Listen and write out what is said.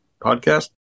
podcast